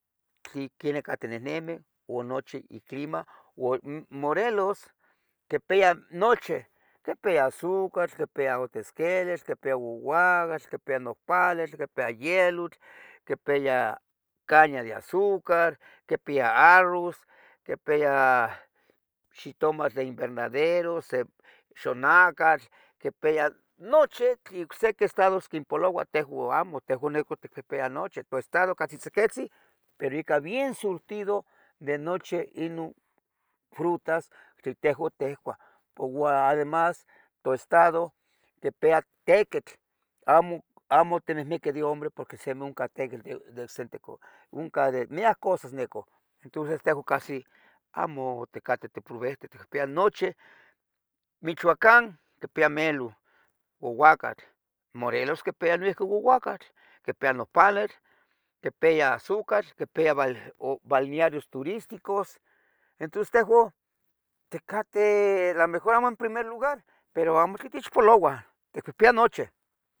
tli quen nicah tinehnemih o nochi in clima. Morelos quipeya nocheh, quipiya azúcar, quipiya quesqueles, quipiya gagauax, quipeya nopales, quepeya yelotl, quepeya caña de azúcar, quepeya arruz, quepeya xitumatl de invernadero, xonacatl, quepeya nochi tli ocsiqui Estados quinpoloua, tejua amo, tejua noche ticpeyah noche, toEstado ocachi tzequetzih, pero ica bien surtido de nochi inon frutas tejuan ticuah, además toEstado quipeya tequitl amo timihmiquih de hambre porque simi oncah tequitl Oncah de miyic cosas. Entonces tejuan amo ticateh tiporovehten, ticpiya nocheh. Michoacán quepeya meloh, ouacatl, Morelos quipeya noiuqui ouacatl, quipiya nopanetl, quipiya azúcal, quipeya balnearios turísticos etos teguan ticateh a lomejor amo en primer lugar, pero amotlen techpoloua, ticpihpyah nocheh